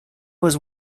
was